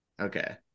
Okay